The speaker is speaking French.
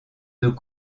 deux